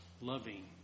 loving